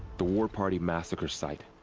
the war party massacre site.